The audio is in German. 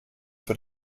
für